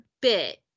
bit